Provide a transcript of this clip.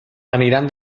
aniran